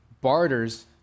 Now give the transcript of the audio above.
barters